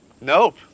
Nope